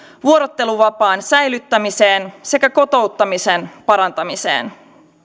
vuorotteluvapaan säilyttämiseen sekä kotouttamisen parantamiseen